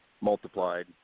multiplied